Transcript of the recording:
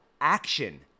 action